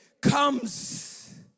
comes